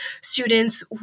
students